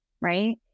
right